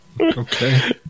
Okay